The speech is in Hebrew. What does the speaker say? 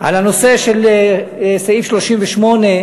על הנושא של סעיף 38,